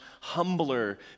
humbler